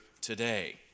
today